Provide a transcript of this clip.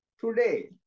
today